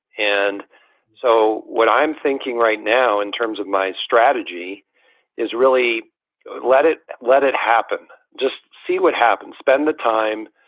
and so what i'm thinking right now in terms of my strategy is really let it let it happen. just see what happens. spend the time,